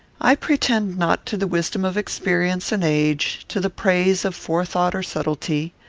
i pretend not to the wisdom of experience and age to the praise of forethought or subtlety.